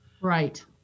Right